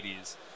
80s